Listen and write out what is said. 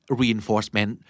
reinforcement